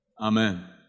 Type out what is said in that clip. amen